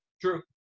True